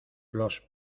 los